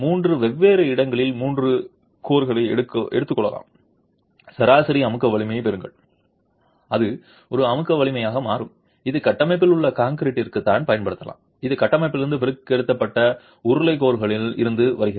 மூன்று வெவ்வேறு இடங்களில் மூன்று கோர்களை எடுத்துக் கொள்ளலாம் சராசரி அமுக்க வலிமையைப் பெறுங்கள் அது ஒரு அமுக்க வலிமையாக மாறும் இது கட்டமைப்பில் உள்ள கான்கிரீட்டிற்கு நான் பயன்படுத்தலாம் இது கட்டமைப்பிலிருந்து பிரித்தெடுக்கப்பட்ட உருளை கோர்களில் இருந்து வருகிறது